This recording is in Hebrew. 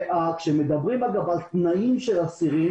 כשמדברים על תנאים של אסירים